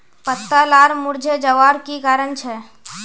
पत्ता लार मुरझे जवार की कारण छे?